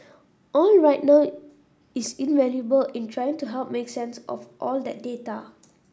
all right now is invaluable in trying to help make sense of all that data